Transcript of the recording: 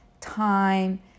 time